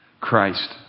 Christ